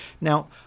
Now